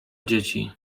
dzieci